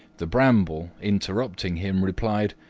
the bramble, interrupting him, replied,